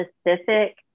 specific